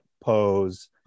pose